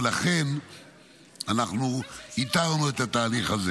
ולכן אנחנו ייתרנו את התהליך הזה.